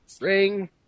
Ring